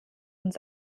uns